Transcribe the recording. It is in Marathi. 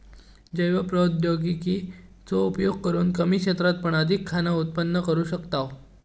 जैव प्रौद्योगिकी चो उपयोग करून कमी क्षेत्रात पण अधिक खाना उत्पन्न करू शकताव